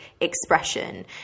expression